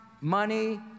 money